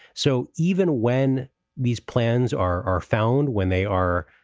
so even when these plans are are found, when they are.